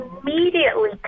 immediately